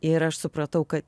ir aš supratau kad